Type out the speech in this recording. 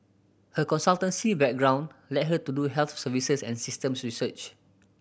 her consultancy background led her to do health services and system research